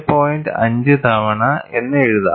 5 തവണ എന്ന് എഴുതാം